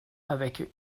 avec